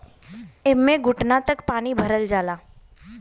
एम्मे घुटना तक पानी भरल जाला